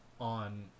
on